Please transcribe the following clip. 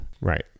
Right